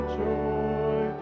joy